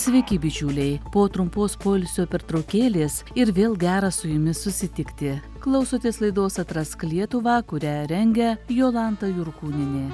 sveiki bičiuliai po trumpos poilsio pertraukėlės ir vėl gera su jumis susitikti klausotės laidos atrask lietuvą kurią rengia jolanta jurkūnienė